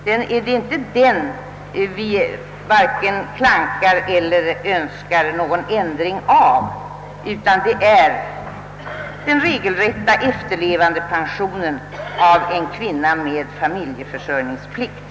Det är inte den som vi anmärker på eller önskar ändra utan det är den regelrätta efterlevandepensionen efter en kvinna med familjeförsörjningsplikt.